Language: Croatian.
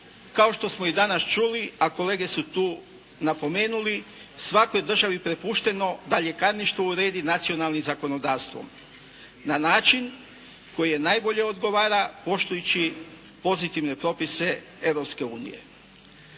Kao što smo i danas čuli, a kolege su tu napomenuli svakoj državi je prepušteno da ljekarništvo uredi nacionalnim zakonodavstvom na način koji najbolje odgovara poštujući pozitivne propise